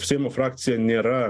seimo frakcija nėra